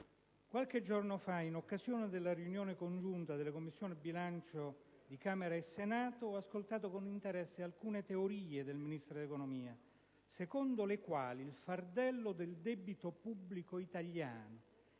Qualche giorno fa, in occasione della riunione congiunta delle Commissioni bilancio di Camera e Senato, ho ascoltato con interesse alcune teorie del Ministro dell'economia, secondo le quali il fardello del debito pubblico italiano,